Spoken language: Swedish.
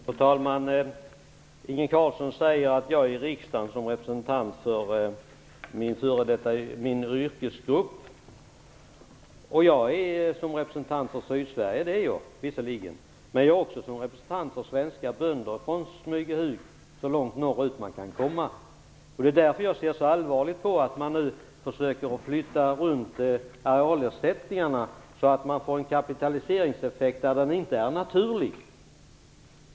Fru talman! Inge Carlsson säger att jag är i riksdagen som representant för min yrkesgrupp. Jag är visserligen här som representant för Sydsverige, men jag också här som representant för svenska bönder från Smygehuk och så långt norrut som man kan komma. Det är därför jag ser så allvarligt på att man nu försöker att flytta runt arealersättningarna så att man får en kapitaliseringseffekt där den inte är naturlig.